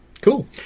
cool